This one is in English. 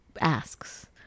asks